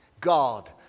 God